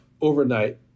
overnight